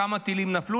כמה טילים נפלו,